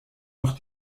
noch